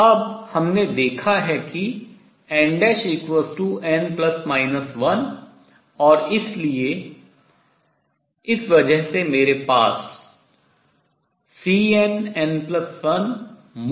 अब हमने देखा है कि nn±1 और इसलिए इस वजह से मेरे पास Cnn12